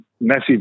Massive